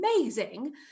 amazing